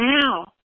now